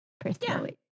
personally